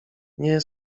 nie